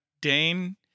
Dane